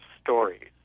stories